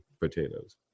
potatoes